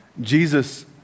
Jesus